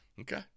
Okay